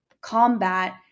combat